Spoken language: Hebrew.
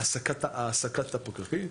העסקת הפקחים.